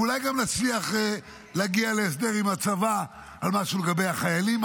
ואולי גם נצליח להגיע להסדר עם הצבא על משהו לגבי החיילים.